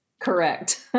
Correct